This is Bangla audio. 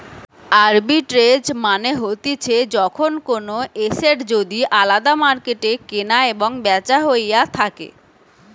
আরবিট্রেজ মানে হতিছে যখন কোনো এসেট যদি আলদা মার্কেটে কেনা এবং বেচা হইয়া থাকে